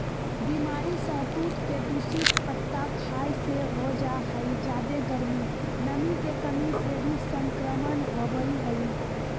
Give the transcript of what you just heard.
बीमारी सहतूत के दूषित पत्ता खाय से हो जा हई जादे गर्मी, नमी के कमी से भी संक्रमण होवई हई